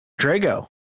Drago